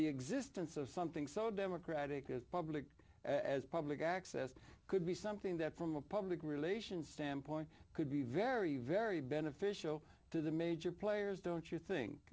the existence of something so democratic as public as public access could be something that from a public relations standpoint could be very very beneficial to the major players don't you think